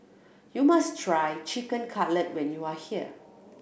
you must try Chicken Cutlet when you are here